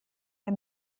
der